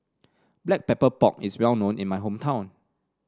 Black Pepper Pork is well known in my hometown